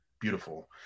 beautiful